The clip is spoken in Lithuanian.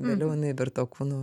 vėliau jinai virto kūnu